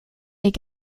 est